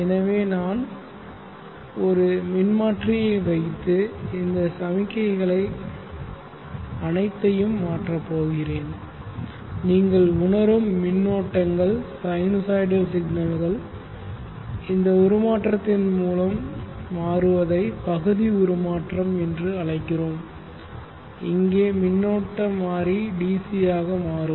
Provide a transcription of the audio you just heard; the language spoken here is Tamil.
எனவே நான் ஒரு மின்மாற்றியை வைத்து இந்த சமிக்ஞைகள் அனைத்தையும் மாற்றப் போகிறேன் நீங்கள் உணரும் மின்னூட்டங்கள் சைனூசாய்டல் சிக்னல்கள் இந்த உருமாற்றத்தின் மூலம் மாறுவதை பகுதி உருமாற்றம் என்று அழைக்கிறோம் இங்கே மின்னோட்ட மாறி DC ஆக மாறும்